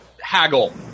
haggle